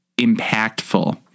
impactful